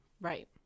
Right